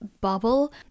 bubble